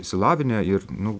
išsilavinę ir nu